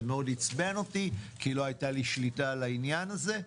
מאוד עיצבן אותי כי לא הייתה לי שליטה על העניין הזה.